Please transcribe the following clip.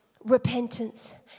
Repentance